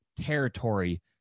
territory